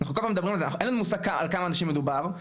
אין לנו מושג בכמה אנשים מדובר,